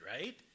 right